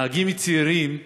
נהגים צעירים,